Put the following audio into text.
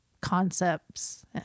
concepts